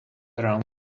around